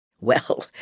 Well